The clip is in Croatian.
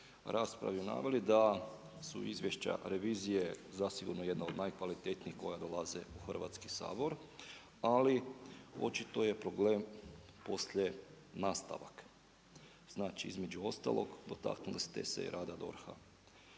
raspravi naveli, da su izvješća revizije zasigurno jedna od najkvalitetnijih koja dolaze u Hrvatski sabor, ali očito je problem poslije nastavak. Znači, između ostalog potaknuli ste se i rada DORH-a.